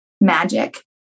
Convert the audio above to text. magic